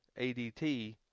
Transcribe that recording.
ADT